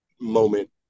moment